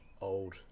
old